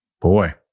Boy